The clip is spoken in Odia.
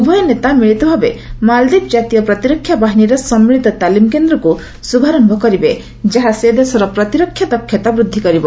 ଉଭୟ ନେତା ମିଳିତ ଭାବେ ମାଳଦ୍ୱୀପ ଜାତୀୟ ପ୍ରତିରକ୍ଷା ବାହିନୀର ସମ୍ମିଳିତ ତାଲିମ୍ କେନ୍ଦ୍ରକୁ ଶୁଭାରମ୍ଭ କରିବେ ଯାହା ସେ ଦେଶର ପ୍ରତିରକ୍ଷା ଦକ୍ଷତା ବୃଦ୍ଧି କରିବ